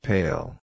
Pale